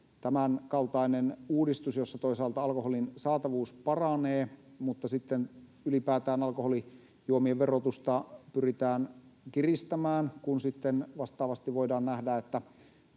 tämänkaltainen uudistus, jossa toisaalta alkoholin saatavuus paranee mutta sitten ylipäätään alkoholijuomien verotusta pyritään kiristämään, kun sitten vastaavasti voidaan nähdä, että